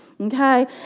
okay